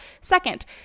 Second